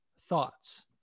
Thoughts